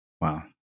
Wow